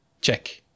check